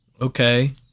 okay